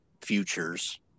futures